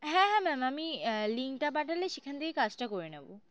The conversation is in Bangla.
হ্যাঁ হ্যাঁ ম্যাম আমি লিংকটা পাঠালে সেখান থেকে কাজটা করে নেবো